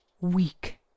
weak